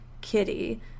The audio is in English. Kitty